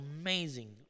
Amazing